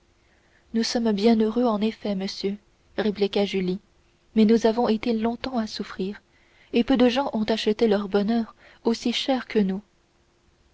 nous sommes bien heureux en effet monsieur répliqua julie mais nous avons été longtemps à souffrir et peu de gens ont acheté leur bonheur aussi cher que nous